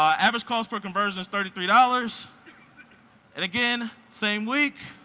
ah average cost for conversion is thirty three dollars and again, same week,